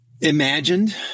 imagined